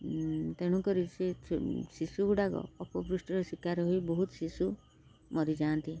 ତେଣୁକରି ସେ ଶିଶୁ ଗୁଡ଼ାକ ଅପପୃଷ୍ଟିର ଶିକାର ହୋଇ ବହୁତ ଶିଶୁ ମରିଯାଆନ୍ତି